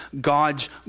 God's